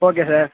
okay sir